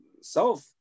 self